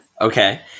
Okay